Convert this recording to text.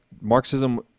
Marxism